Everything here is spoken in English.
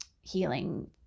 healing